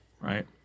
Right